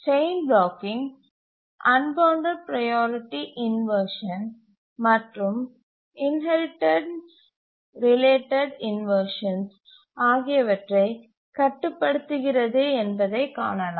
chain blocking unbounded priority inversion மற்றும் inheritance related inversion ஆகியவற்றை கட்டுப்படுத்துகிறது என்பதைக் காணலாம்